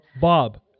Bob